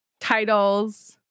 titles